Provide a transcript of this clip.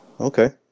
Okay